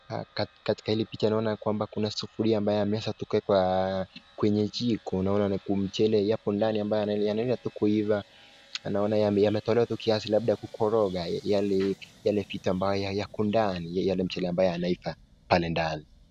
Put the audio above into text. Katika hili pppcha tunaona kuna sufuria ambayo amewezwa kuwekwa kwenye jiko, yapo ndani na anaendelea tu kuiva, naona imeyolea tu kiasi labda kukorongwa yale vitu ambayo yako ndani kama yameiva.